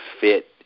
fit